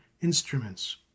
instruments